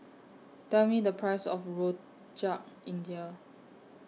Tell Me The Price of Rojak India